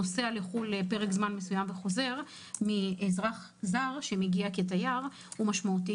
נוסע לחו"ל לפרק זמן מסוים וחוזר לבין אזרח זר שמגיע כתייר הוא משמעותי.